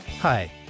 Hi